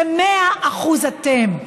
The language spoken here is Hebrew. זה מאה אחוז אתם.